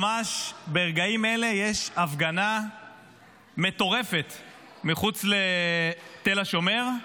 ממש ברגעים אלה יש הפגנה מטורפת מחוץ לתל השומר.